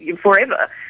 forever